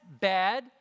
bad